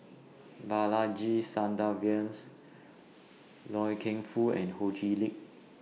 Balaji Sadasivan Loy Keng Foo and Ho Chee Lickd